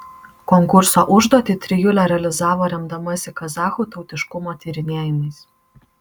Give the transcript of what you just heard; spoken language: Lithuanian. konkurso užduotį trijulė realizavo remdamasi kazachų tautiškumo tyrinėjimais